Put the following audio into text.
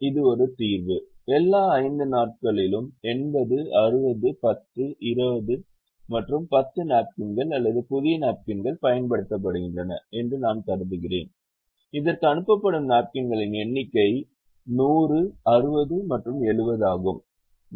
இது ஒரு தீர்வு எல்லா 5 நாட்களிலும் 80 60 10 20 மற்றும் 10 நாப்கின்கள் அல்லது புதிய நாப்கின்கள் பயன்படுத்தப்படுகின்றன என்று நான் கருதுகிறேன் இதற்கு அனுப்பப்படும் நாப்கின்களின் எண்ணிக்கை 100 60 மற்றும் 70 ஆகும்